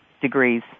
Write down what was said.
degrees